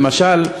למשל,